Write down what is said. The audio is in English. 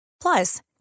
Plus